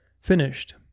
Finished